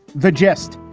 the gist?